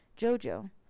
Jojo